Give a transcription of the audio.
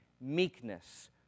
Meekness